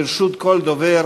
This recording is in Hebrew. לרשות כל דובר